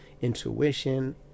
intuition